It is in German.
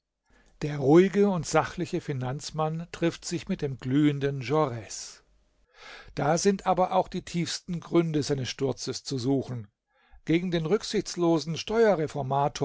der ruhige und sachliche finanzmann trifft sich mit dem glühenden jaurs da sind aber auch die tiefsten gründe seines sturzes zu suchen gegen den rücksichtslosen